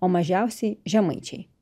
o mažiausiai žemaičiai